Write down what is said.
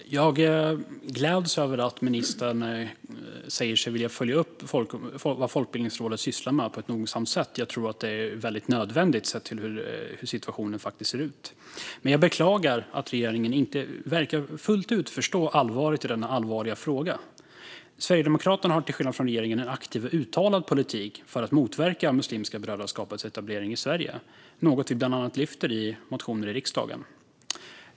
Fru talman! Jag gläds åt att ministern säger sig vilja följa upp noga vad Folkbildningsrådet sysslar med. Jag tror att det är nödvändigt sett till hur situationen faktiskt ser ut. Jag beklagar dock att regeringen inte fullt ut verkar förstå allvaret i denna fråga. Sverigedemokraterna har till skillnad från regeringen en aktiv och uttalad politik för att motverka Muslimska brödraskapets etablering i Sverige - något vi bland annat har lyft upp i motioner i riksdagen.